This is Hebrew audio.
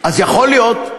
אז יכול להיות,